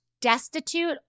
destitute